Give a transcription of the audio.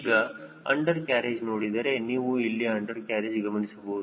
ಈಗ undercarriage ನೋಡಿದರೆ ನೀವು ಇಲ್ಲಿ ಅಂಡರ್ ಕ್ಯಾರೇಜ್ ಗಮನಿಸಬಹುದು